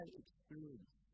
experience